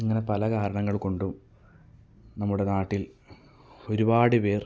ഇങ്ങനെ പല കാരണങ്ങൾ കൊണ്ടും നമ്മുടെ നാട്ടിൽ ഒരുപാട് പേർ